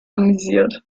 amüsiert